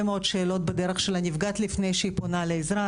מאוד שאלות בדרך של הנפגעת לפני שהיא פונה לעזרה.